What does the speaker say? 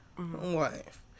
Wife